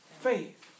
faith